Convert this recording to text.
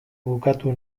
bukatu